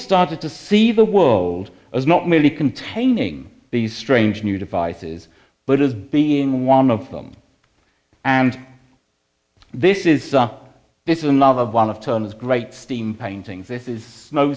started to see the world as not merely containing these strange new devices but as being one of them and this is this is another one of terms great steam paintings this is snow